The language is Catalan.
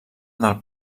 del